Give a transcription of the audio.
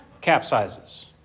capsizes